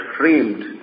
framed